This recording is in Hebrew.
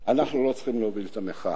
אנחנו לא צריכים להוביל את המחאה.